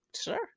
sure